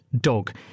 dog